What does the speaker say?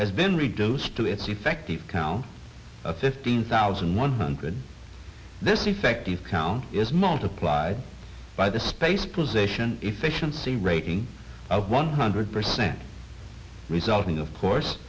has been reduced to its effective count of fifteen thousand one hundred this effective count is multiplied by the space position efficiency rating of one hundred percent resulting of course